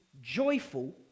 joyful